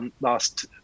last